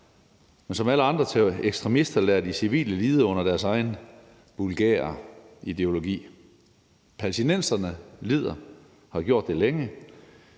men som alle andre ekstremister lader de civile lide under deres egen vulgære ideologi. Palæstinenserne lider og har gjort det længe.